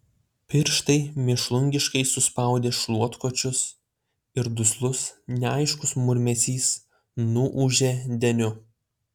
pirštai mėšlungiškai suspaudė šluotkočius ir duslus neaiškus murmesys nuūžė deniu